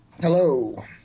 Hello